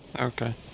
Okay